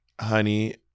honey